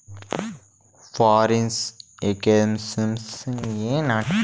foreign exchange services ద్వారా వేరే దేశాల డబ్బులు మన దేశంలోకి మార్చుకోవచ్చు